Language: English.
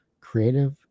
creative